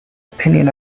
opinion